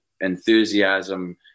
enthusiasm